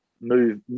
move